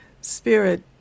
spirit